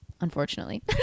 unfortunately